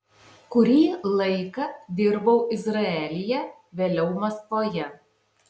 kurį laiką dirbau izraelyje vėliau maskvoje